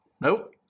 Nope